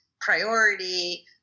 priority